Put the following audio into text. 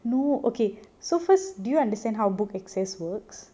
no okay so first do you understand how book excess works